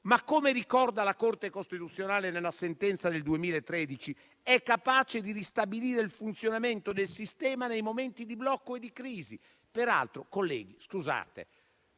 ma, come ricorda la Corte costituzionale nella sentenza del 2013, è capace di ristabilire il funzionamento del sistema nei momenti di blocco e di crisi. Peraltro, colleghi,